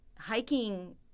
hiking